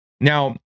Now